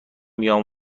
بیام